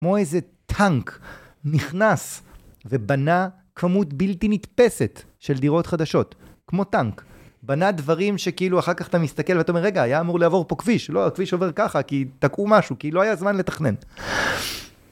כמו איזה טאנק נכנס ובנה כמות בלתי נתפסת של דירות חדשות, כמו טאנק. בנה דברים שכאילו אחר כך אתה מסתכל ואתה אומר רגע, היה אמור לעבור פה כביש, לא, הכביש עובר ככה, כי תקעו משהו, כי לא היה זמן לתכנן.